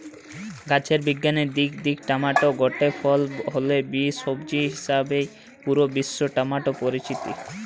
গাছের বিজ্ঞানের দিক দিকি টমেটো গটে ফল হলে বি, সবজি হিসাবেই পুরা বিশ্বে টমেটো পরিচিত